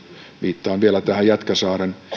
viittaan vielä tähän jätkäsaaren